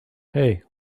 hey